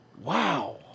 Wow